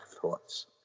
thoughts